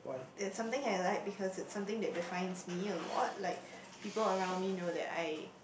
it's something I like because it's something that defines me a lot like people around me know that I